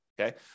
okay